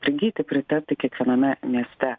prigyti pritapti kiekviename mieste